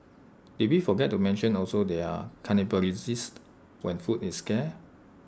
did we forget to mention also they're cannibalistic when food is scarce